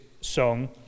song